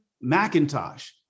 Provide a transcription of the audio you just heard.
Macintosh